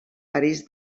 parís